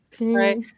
right